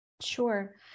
Sure